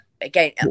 again